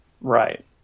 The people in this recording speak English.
Right